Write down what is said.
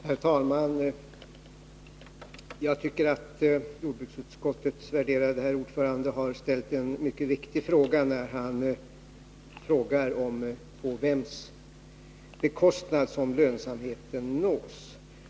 Herr talman! Jag tycker att jordbruksutskottets värderade ordförande har ställt en mycket viktig fråga när han frågat på vems bekostnad som lönsamheten nås.